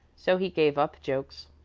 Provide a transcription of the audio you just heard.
so he gave up jokes.